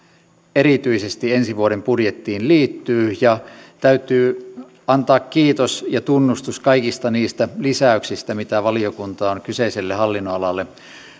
erityisesti ensi vuoden budjettiin liittyy ja täytyy antaa kiitos ja tunnustus kaikista niistä lisäyksistä mitä valiokunta on kyseiselle hallinnonalalle